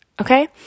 okay